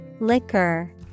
Liquor